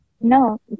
No